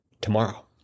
tomorrow